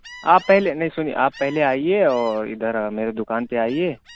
آپ پہلے نہیں سنیے آپ پہلے آئیے اور ادھر میرے دکان پہ آئیے